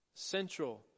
Central